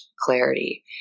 clarity